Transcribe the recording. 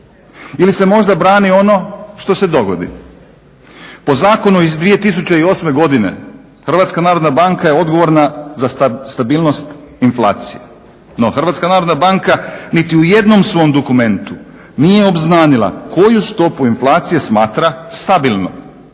ili se možda brani ono što se dogodi. Po zakonu iz 2008. godine HNB je odgovorna za stabilnost inflacije, no HNB niti u jednom svom dokumentu nije obznanila koju stopu inflacije smatra stabilnom.